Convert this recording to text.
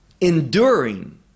enduring